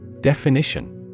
Definition